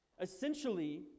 Essentially